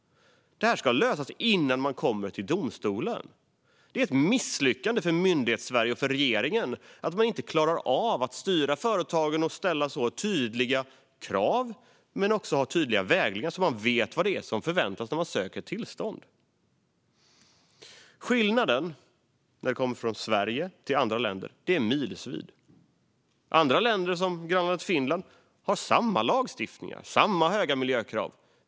Det här ska lösas innan man kommer till domstolen. Det är ett misslyckande för Myndighetssverige och för regeringen att de inte klarar av att styra företagen och ställa tydliga krav men också ha tydliga vägledningar så att man vet vad som förväntas när man söker tillstånd. Skillnaden mellan Sverige och andra länder är milsvid. Andra länder såsom grannlandet Finland har likvärdig lagstiftning och lika höga miljökrav.